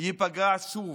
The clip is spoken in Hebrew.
ייפגע שוב,